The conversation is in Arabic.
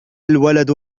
الولد